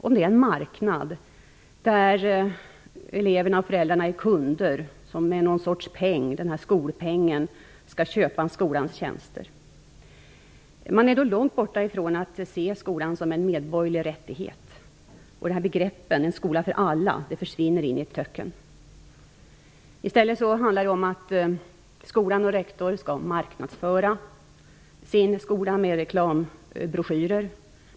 Om den är en marknad där eleverna och föräldrarna är kunder som med någon sorts peng, skolpengen, skall köpa skolans tjänster är man långt borta från att se skolan som en medborgerlig rättighet. Begreppet En skola för alla försvinner in i ett töcken. I stället handlar det om att skolan och rektor skall marknadsföra sin skola med reklambroschyrer.